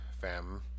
fam